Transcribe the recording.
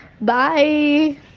Bye